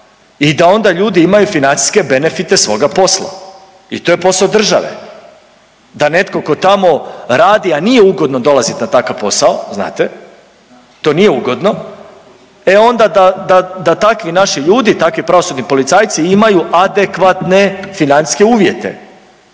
i da onda ljudi imaju financijske benefite svoga posla i to je posao države da netko tko tamo radi, a nije ugodno dolazit na takav posao znate, to nije ugodno, e onda da, da, da takvi naši ljudi i takvi pravosudni policajci imaju adekvatne financijske uvjete